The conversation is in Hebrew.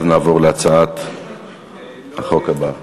ואז נעבור להצעת החוק הבאה.